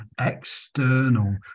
external